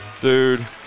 Dude